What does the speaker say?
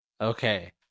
Okay